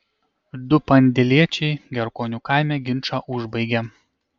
du pandėliečiai gerkonių kaime ginčą užbaigė